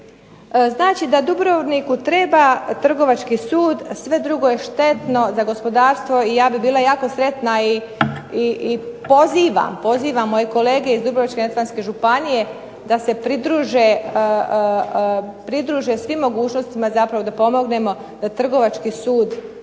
Znači da Dubrovniku treba Trgovački sud sve drugo je štetno za gospodarstvo i ja bih bila jako sretna i pozivam moje kolege iz Dubrovačko-neretvanske županije da se pridruže svim mogućnostima zapravo da pomognemo da Trgovački sud ostane.